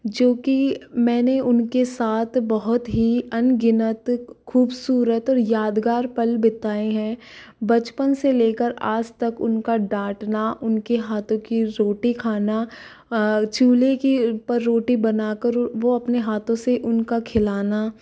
जो कि मैंने उनके साथ बहुत ही अनगिनत खूबसूरत और यादगार पल बिताए हैं बचपन से लेकर आज तक उनका डाँटना उनके हाथों की रोटी खाना चूल्हे कि पर रोटी बनाकर वो अपने हाथों से उनका खिलाना